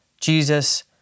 Jesus